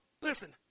listen